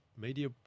media